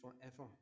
forever